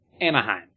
Anaheim